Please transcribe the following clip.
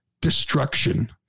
destruction